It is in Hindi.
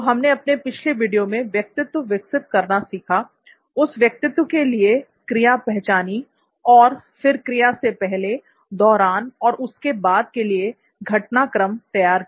तो हमने अपने पिछले वीडियो में व्यक्तित्व विकसित करना सीखा उस व्यक्तित्व के लिए क्रिया पहचानी और फिर क्रिया से "पहले" "दौरान" और उसके "बाद" के लिए घटनाक्रम तैयार किया